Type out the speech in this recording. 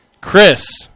Chris